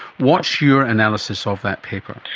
what's your analysis of that paper?